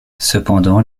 cependant